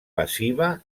passiva